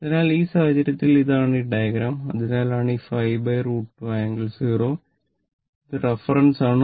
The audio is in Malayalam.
അതിനാൽ ഈ സാഹചര്യത്തിൽ ഇതാണ് ഈ ഡയഗ്രം അതിനാലാണ് ഈ 5 √ 2 ആംഗിൾ 0 ഇത് റഫറൻസ് ആണ്